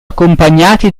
accompagnati